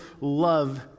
love